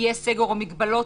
סעיף 39 לחוק יסוד: